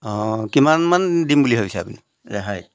অঁ কিমানমান দিম বুলি ভাবিছে আপুনি ৰেহাই